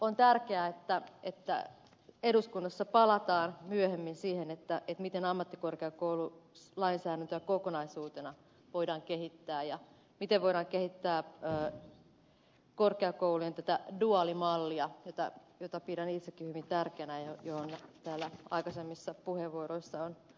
on tärkeää että eduskunnassa palataan myöhemmin siihen miten ammattikorkeakoululainsäädäntöä kokonaisuutena voidaan kehittää ja miten voidaan kehittää korkeakoulujen duaalimallia jota pidän itsekin hyvin tärkeänä ja johon täällä aikaisemmissa puheenvuoroissa on viitattu